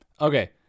Okay